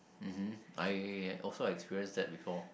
mmhmm I also experienced that before